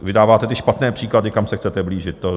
Vy dáváte ty špatné příklady, kam se chcete blížit.